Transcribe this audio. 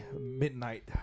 midnight